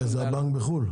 איזה, הבנק בחו"ל?